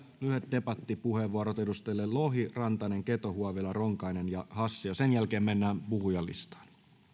debattipuheenvuorot edustajille lohi rantanen keto huovinen ronkainen ja hassi ja sen jälkeen mennään puhujalistaan